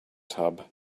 tub